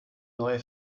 neue